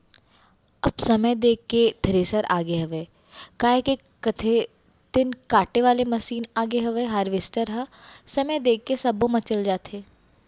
अब समय देख के थेरेसर आगे हयय, काय कथें तेन काटे वाले मसीन आगे हवय हारवेस्टर ह समय देख के सब्बो म चल जाथे